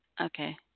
Okay